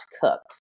cooked